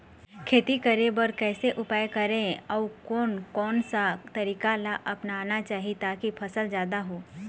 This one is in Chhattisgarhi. खेती करें बर कैसे उपाय करें अउ कोन कौन सा तरीका ला अपनाना चाही ताकि फसल जादा हो?